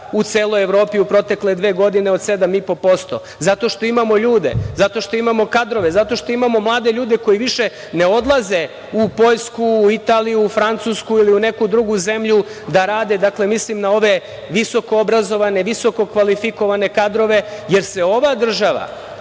u celoj Evropi u protekle dve godine od 7,5%, zato što imamo ljude, zato što imamo kadrove, zato što imamo mlade ljude koji više ne odlaze u Poljsku, Italiju, Francusku ili u neku drugu zemlju da rade, mislim na ove visoko obrazovane, visoko kvalifikovane kadrove, jer se ova država,